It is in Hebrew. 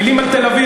טילים על תל-אביב,